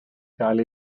gael